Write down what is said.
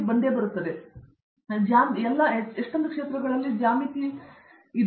ಅರಂದಾಮ ಸಿಂಗ್ ಸಂಶೋಧನೆಯು ವಿವಿಧ ಕ್ಷೇತ್ರಗಳಲ್ಲಿ ಜ್ಯಾಮಿತಿಯಲ್ಲಿ ನಡೆಯುತ್ತಿದೆ